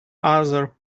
other